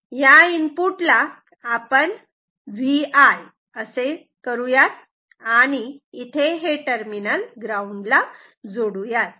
या इनपुटला आपण Vi असे करूयात आणि हे टर्मिनल इथे ग्राऊंडला जोडू यात